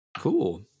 cool